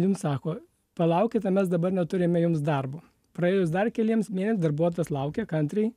jums sako palaukite mes dabar neturime jums darbo praėjus dar keliems mėn darbuotojas laukia kantriai